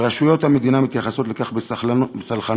ורשויות המדינה מתייחסות לכך בסלחנות